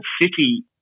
city